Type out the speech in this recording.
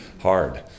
hard